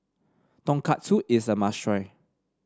Tonkatsu is a must try